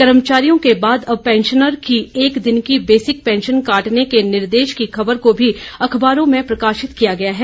कर्मचारियों के बाद अब पैंशनर की एक दिन की बेसिक पैंशन काटने के निर्देश की ख़बर भी अख़बारों में प्रकाशित है